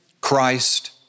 Christ